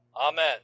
Amen